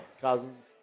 Cousins